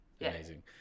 amazing